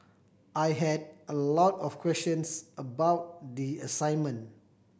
I had a lot of questions about the assignment